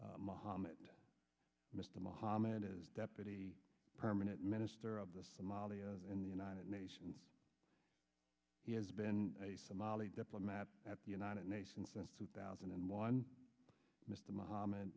bell mohammad mr mohammad is deputy permanent minister of the somalia in the united nations he has been a somali diplomat at the united nations since two thousand and one mr mohamm